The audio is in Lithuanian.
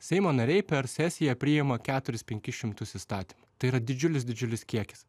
seimo nariai per sesiją priima keturis penkis šimtus įstatymų tai yra didžiulis didžiulis kiekis